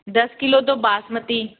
दस किलो तो बासमती